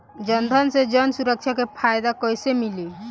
जनधन से जन सुरक्षा के फायदा कैसे मिली?